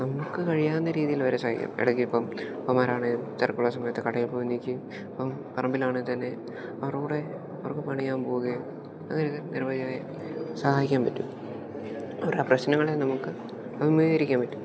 നമുക്ക് കഴിയാവുന്ന രീതിയിൽ അവരെ സഹായിക്കാം ഇടയ്ക്കിപ്പം അപ്പന്മാരണേൽ തിരക്കുള്ള സമയത്ത് കടയിൽ പോയി നിൽക്കുകയും ഇപ്പം പറമ്പിലാണേൽ തന്നെ അവരുടെ അവർക്ക് പണിയാൻ പോകുകയും അങ്ങനൊക്കെ നിരവധിയായി സഹായിക്കാൻ പറ്റും ഓരോപ്രശ്നങ്ങളെ നമുക്ക് അഭിമുഖീകരിക്കാൻ പറ്റും